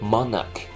Monarch